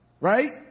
right